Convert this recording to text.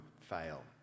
fail